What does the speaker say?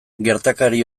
gertakari